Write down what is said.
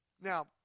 Now